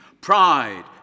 pride